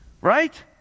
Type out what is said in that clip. Right